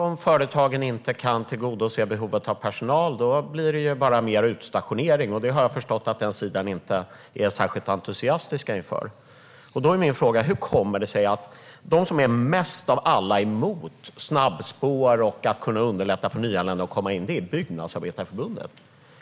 Om företagen inte kan tillgodose behovet av personal blir det ju annars bara mer utstationering, och det har jag förstått att er sida inte är särskilt entusiastisk inför. Då är min fråga: Hur kommer det sig att de som mest av alla är emot snabbspår och att kunna underlätta för nyanlända att komma in är Byggnadsarbetareförbundet?